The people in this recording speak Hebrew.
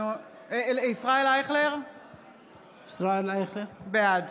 בעד